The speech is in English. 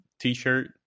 t-shirt